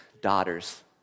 daughters